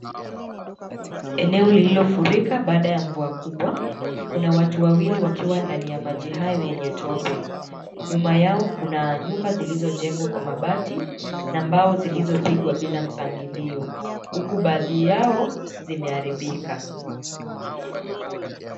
Eneo lililofurika baada ya mvua kubwa, kuna watu wawili wakiwa ndani ya maji hayo yenye tope. Nyuma yao kuna nyumba zilizojengwa kwa mabati na mbao zilizopangwa bila mpangilio huku baadhi yao zimeharibika.